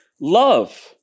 love